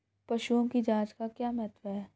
पशुओं की जांच का क्या महत्व है?